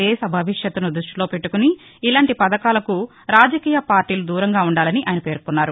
దేశ భవిష్యతను దృష్టిలో పెట్టుకుని ఇలాంటి పథకాలకు రాజకీయ పార్టీలు దూరంగా ఉండాలని ఆయన పేర్కొన్నారు